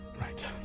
Right